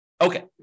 Okay